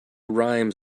rhymes